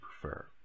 prefer